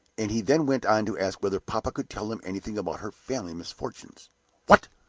and he then went on to ask whether papa could tell him anything about her family misfortunes what!